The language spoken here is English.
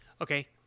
Okay